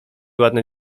ładne